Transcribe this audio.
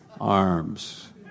arms